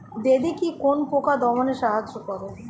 দাদেকি কোন পোকা দমনে সাহায্য করে?